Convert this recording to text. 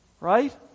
Right